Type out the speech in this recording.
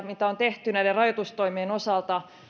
mitä on tehty näiden rajoitustoimien osalta